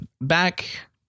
back